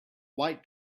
white